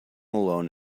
alone